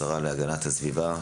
השרה להגנת הסביבה,